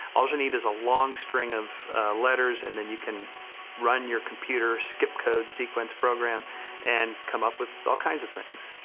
all you need is a long string of letters and then, you can run your computer skip code sequence program and come up with all kinds of things.